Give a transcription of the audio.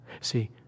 See